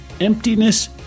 Emptiness